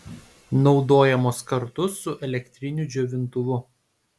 naudojamos kartu su elektriniu džiovintuvu